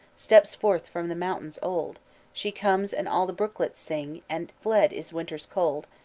steps forth from the mountains old she comes, and all the brooklets sing, and fled is winter's cold.